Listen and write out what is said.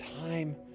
time